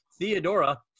Theodora